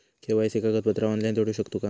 KYC कागदपत्रा online जोडू शकतू का?